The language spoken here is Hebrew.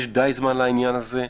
יש די זמן לעניין הזה,